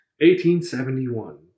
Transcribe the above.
1871